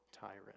tyrant